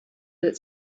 that